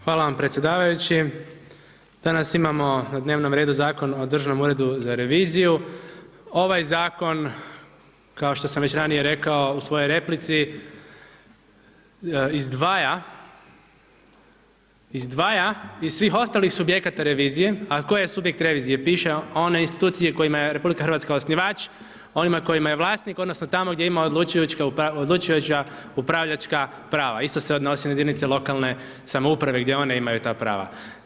Hvala vam predsjedavajući, danas imamo na dnevnom redu Zakon o Državnom uredu za reviziju, ovaj zakon kao što sam već ranije rekao u svojoj replici izdvaja, izdvaja iz svih ostalih subjekata revizije, a tko je subjekt revizije, piše vam, one institucije kojima je RH osnivač, onima kojima je vlasnik odnosno tamo gdje ima odlučujuća upravljačka prava, isto se odnosi na jedinice lokalne samouprave, gdje one imaju ta prava.